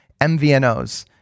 MVNOs